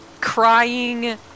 crying